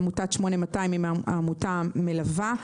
עמותת 8200 היא העמותה המלווה.